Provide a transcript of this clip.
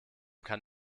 kann